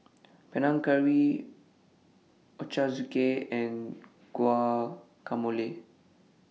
Panang Curry Ochazuke and Guacamole